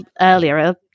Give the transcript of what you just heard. earlier